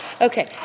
Okay